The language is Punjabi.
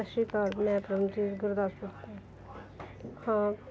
ਸਤਿ ਸ਼੍ਰੀ ਅਕਾਲ ਮੈਂ ਪਰਮਜੀਤ ਗੁਰਦਾਸਪੁਰ ਤੋਂ ਹਾਂ